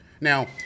now